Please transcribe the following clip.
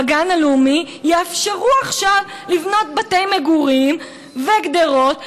בגן הלאומי יאפשרו לבנות בתי מגורים וגדרות ומחסנים,